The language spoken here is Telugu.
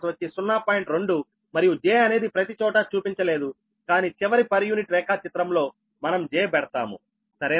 2 మరియు j అనేది ప్రతి చోట చూపించలేదు కానీ చివరి పర్ యూనిట్ రేఖాచిత్రం లో మనం j పెడతాము సరేనా